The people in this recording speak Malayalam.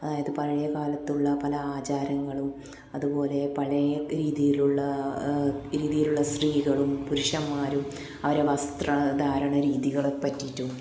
അതായത് പഴയകാലത്തുള്ള പല ആചാരങ്ങളും അതുപോലെ പഴയ രീതിയിലുള്ള രീതിയിലുള്ള സ്ത്രീകളും പുരുഷന്മാരും അവരെ വസ്ത്രധാരണ രീതികളെ പറ്റിട്ടും